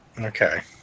okay